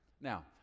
Now